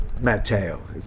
Matteo